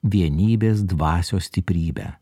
vienybės dvasios stiprybę